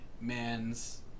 man's